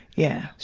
yeah.